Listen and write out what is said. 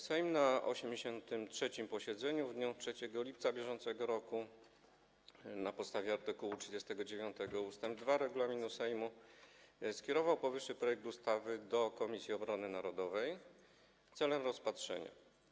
Sejm na 83. posiedzeniu w dniu 3 lipca br. na podstawie art. 39 ust. 2 regulaminu Sejmu skierował powyższy projekt ustawy do Komisji Obrony Narodowej celem rozpatrzenia.